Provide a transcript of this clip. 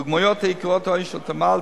הדוגמיות העיקריות היו של תמ"ל,